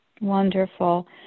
Wonderful